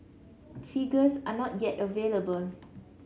figures are not yet available